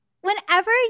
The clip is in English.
whenever